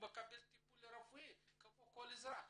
טיפול רפואי כמו כל אזרח.